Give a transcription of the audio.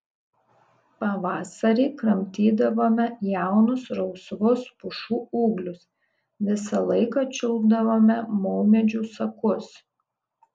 pavasarį kramtydavome jaunus rausvus pušų ūglius visą laiką čiulpdavome maumedžių sakus